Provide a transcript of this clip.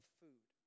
food